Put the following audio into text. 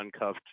uncuffed